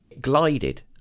glided